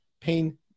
pain